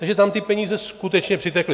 Takže tam ty peníze skutečně přitekly.